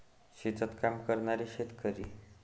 शेतात काम करणारे शेतकरी